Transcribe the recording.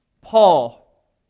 Paul